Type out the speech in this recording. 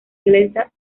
inglesa